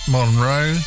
Monroe